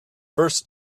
first